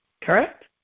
correct